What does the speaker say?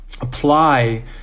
apply